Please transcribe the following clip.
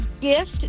gift